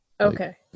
Okay